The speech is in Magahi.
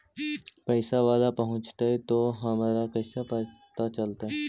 पैसा बाला पहूंचतै तौ हमरा कैसे पता चलतै?